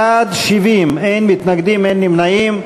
בעד, 70, אין מתנגדים ואין נמנעים.